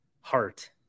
heart